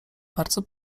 bardzo